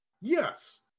Yes